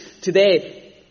today